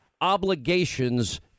obligations